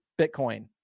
Bitcoin